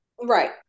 right